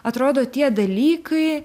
atrodo tie dalykai